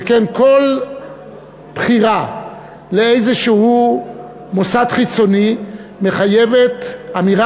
שכן כל בחירה לאיזשהו מוסד חיצוני מחייבת אמירה